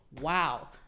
Wow